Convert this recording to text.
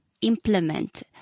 implement